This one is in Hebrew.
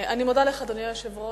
אני מודה לך, אדוני היושב-ראש.